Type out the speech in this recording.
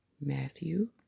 Matthew